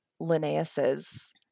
Linnaeus's